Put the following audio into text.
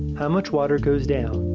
how much water goes down,